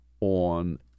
on